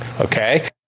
Okay